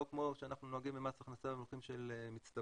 לא כמו שאנחנו נוהגים במס הכנסה במונחים של מצטבר,